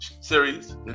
series